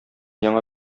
яңа